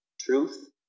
truth